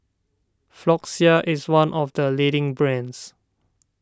Floxia is one of the leading brands